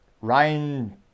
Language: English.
Ryan